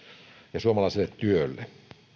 ja suomalaiselle työlle